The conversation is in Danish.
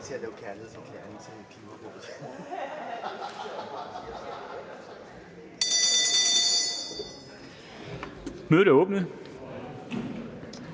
Mødet er åbnet.